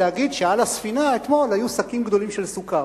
להגיד שעל הספינה אתמול היו שקים גדולים של סוכר,